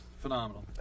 phenomenal